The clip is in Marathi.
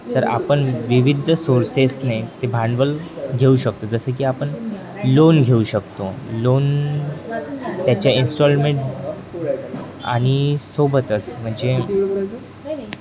तर आपण विविध सोर्सेसने ते भांडवल घेऊ शकतो जसे की आपण लोन घेऊ शकतो लोन त्याच्या इंस्टाॅलमेंट आणि सोबतच म्हणजे